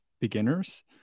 beginners